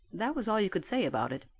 that was all you could say about it.